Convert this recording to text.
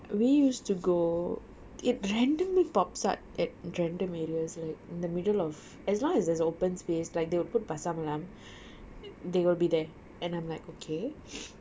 we used to go it randomly pops out at random areas like in the middle of as long as there's open space like they'll put pasar malam they will be there and I'm like okay